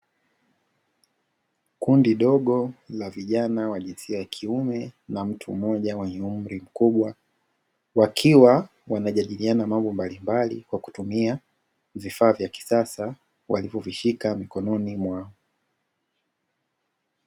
Kundi dogo la vijana wa jinisa ya kiume na mtu mmoja mwenye umri mkubwa. Wakiwa wanajadiliana mambo mbalimbali kwa kutumia vifaa vya kisasa walivo vishika mikonon mwao.